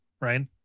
right